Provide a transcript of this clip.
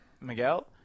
Miguel